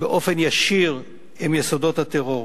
באופן ישיר עם יסודות הטרור.